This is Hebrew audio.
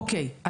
אוקיי.